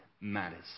matters